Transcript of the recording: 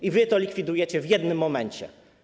I wy to likwidujecie w jednym momencie.